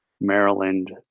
Maryland